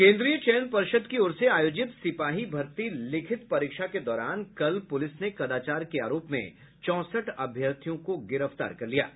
केन्द्रीय चयन पर्षद की ओर से आयोजित सिपाही भर्ती लिखित परीक्षा के दौरान कल पुलिस ने कदाचार के आरोप में चौंसठ अभ्यर्थियों को गिरफ्तार किया है